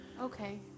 Okay